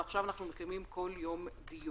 ועכשיו אנחנו מקיימים כל יום דיון.